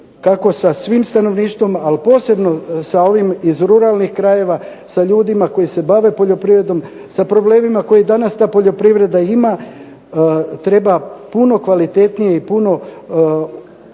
kako sa svim stanovništvom posebno sa ovim iz ruralnih krajeva, sa ljudima koji se bave poljoprivredom, sa problemima koje danas ta poljoprivreda ima, treba puno kvalitetnije i puno